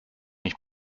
mich